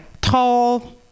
tall